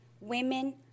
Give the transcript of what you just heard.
women